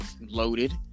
Loaded